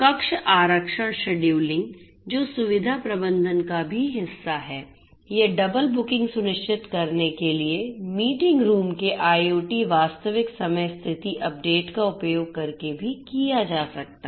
कक्ष आरक्षण शेड्यूलिंग जो सुविधा प्रबंधन का भी हिस्सा है यह डबल बुकिंग सुनिश्चित करने के लिए मीटिंग रूम के IoT वास्तविक समय स्थिति अपडेट का उपयोग करके भी किया जाता है